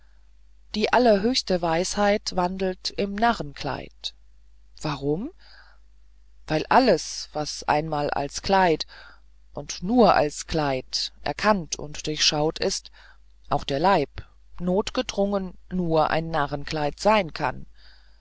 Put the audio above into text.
die allerhöchste weisheit wandelt im narrenkleid warum weil alles was einmal als kleid und nur als kleid erkannt und durchschaut ist auch der leib notgedrungen nur ein narrenkleid sein kann